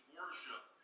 worship